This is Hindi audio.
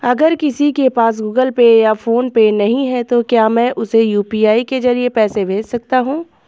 अगर किसी के पास गूगल पे या फोनपे नहीं है तो क्या मैं उसे यू.पी.आई के ज़रिए पैसे भेज सकता हूं?